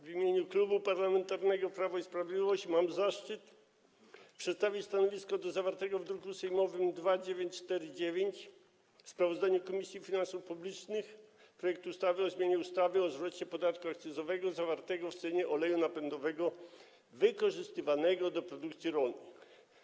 W imieniu Klubu Parlamentarnego Prawo i Sprawiedliwość mam zaszczyt przedstawić stanowisko wobec zawartego w druku sejmowym nr 2949 sprawozdania Komisji Finansów Publicznych w sprawie projektu ustawy o zmianie ustawy o zwrocie podatku akcyzowego zawartego w cenie oleju napędowego wykorzystywanego do produkcji rolnej.